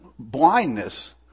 blindness